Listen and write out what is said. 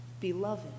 beloved